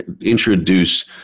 introduce